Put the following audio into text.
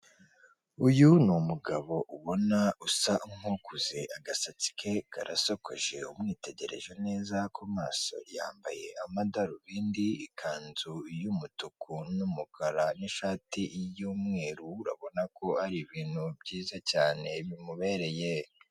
Uyu n’ umugabo ubona usa nkukuze, agasatsi ke karasokoje umwitegereje neza ku maso yambaye amadarubindi, ikanzu y’ umutuku n’ umukara, ishati y' umweru, urabona ko ari ibintu byiza cyane bimubereye.